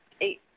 Eight